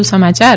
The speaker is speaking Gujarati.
વધુ સમાચાર